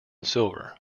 silver